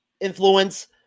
influence